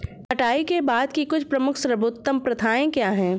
कटाई के बाद की कुछ प्रमुख सर्वोत्तम प्रथाएं क्या हैं?